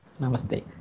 namaste